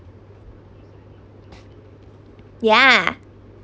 yeah